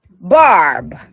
barb